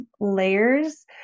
layers